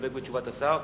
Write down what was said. מסתפק בתשובת השר?